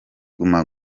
guma